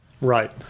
Right